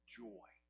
joy